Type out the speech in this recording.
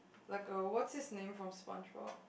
like a what's his name from SpongeBob